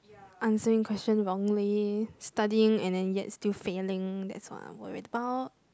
answering question wrongly studying and then yet still failing that's what I worried about